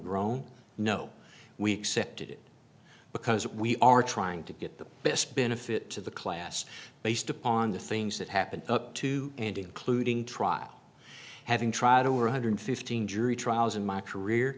groan no we accepted because we are trying to get the best benefit to the class based upon the things that happened up to and including trial having tried over one hundred and fifteen jury trials in my career